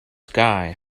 sky